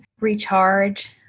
recharge